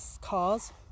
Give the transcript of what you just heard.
cars